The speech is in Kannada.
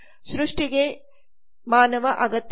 ಸೃಷ್ಟಿಗೆ ಮಾನವ ಅಗತ್ಯ